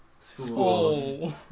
schools